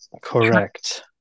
correct